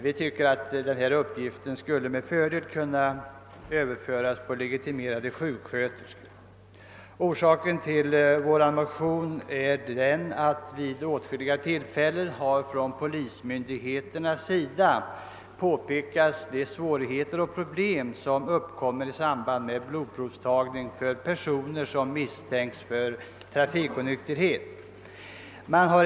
Vi tycker att denna uppgift med fördel skulle kunna överföras på legitimerade sjuksköterskor. Anledningen till vår motion är att polismyndigheterna vid olika tillfällen påpekat de svårigheter och problem, som uppkommer i samband med blodprovstagning på personer som misstänks för trafikonykterhet.